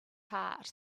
heart